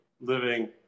living